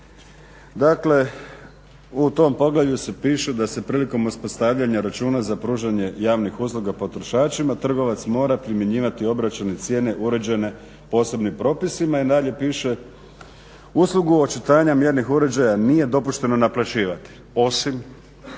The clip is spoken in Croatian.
Dakle, u tom poglavlju se piše da se prilikom uspostavljanja računa za pružanje javnih usluga potrošačima trgovac mora primjenjivati obračun i cijene uređene posebnim propisima i dalje piše uslugu očitanja mjernih uređaja nije dopušteno naplaćivati osim